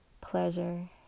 pleasure